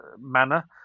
manner